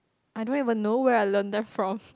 I don't even know where I learned them from